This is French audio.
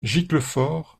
giclefort